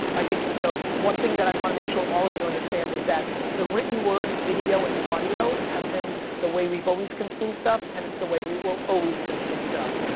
i think, you know, one thing that i wanna make sure all of you understand is that the written word, video, and audio have been the way we've always consumed stuff and it's the way we will always consume stuff.